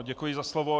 Děkuji za slovo.